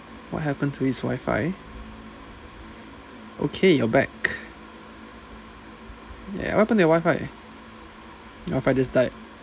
what happened to his wifi okay you're back what happened to your wifi your wifi just died